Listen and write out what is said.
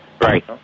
Right